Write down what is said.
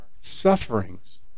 sufferings